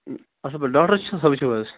اَصٕل پٲٹھۍ ڈاکٹَر صٲب چھُو حظ